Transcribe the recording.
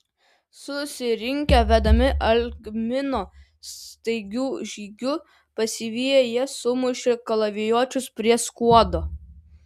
susirinkę vedami algmino staigiu žygiu pasiviję jie sumušė kalavijuočius prie skuodo